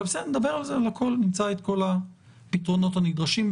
בסדר, נדבר על הכול, נמצא את כל הפתרונות הנדרשים.